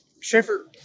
Schaefer